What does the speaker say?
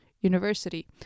university